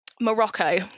Morocco